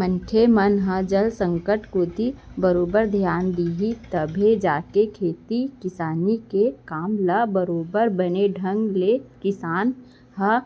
मनखे मन ह जल संकट कोती बरोबर धियान दिही तभे जाके खेती किसानी के काम ल बरोबर बने ढंग ले किसान ह